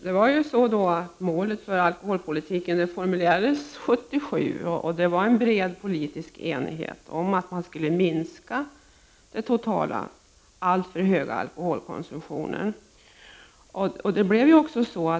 Herr talman! Målet för alkoholpolitiken formulerades 1977, och det var en bred politisk enighet om att minska den totala, alltför höga, alkoholkonsumtionen.